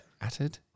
added